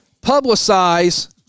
publicize